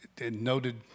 noted